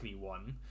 one